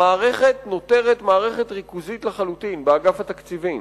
המערכת נותרת מערכת ריכוזית לחלוטין באגף התקציבים.